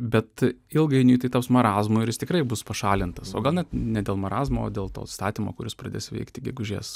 bet ilgainiui tai taps marazmu ir jis tikrai bus pašalintas o gal net ne dėl marazmo dėl to įstatymo kuris pradės veikti gegužės